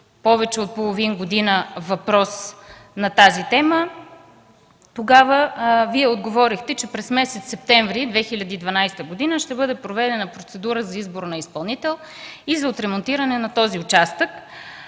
повече от половин година. Тогава Вие отговорихте, че през месец септември 2012 г. ще бъде проведена процедура за избор на изпълнител и за отремонтиране на този участък.